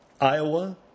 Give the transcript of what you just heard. Iowa